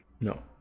No